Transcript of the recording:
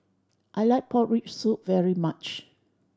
I like pork rib soup very much